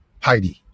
Heidi